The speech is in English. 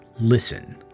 Listen